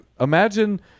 imagine